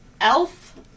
Elf